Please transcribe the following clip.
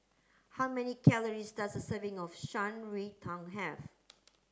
how many calories does a serving of Shan Rui Tang have